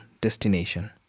destination